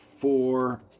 four